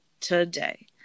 today